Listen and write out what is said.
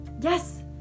yes